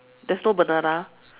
there's no banana